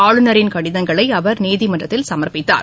ஆளுநரின் கடிதங்களை அவர் நீதிமன்றத்தில் சம்பித்தார்